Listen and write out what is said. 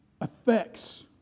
affects